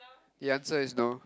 the answer is no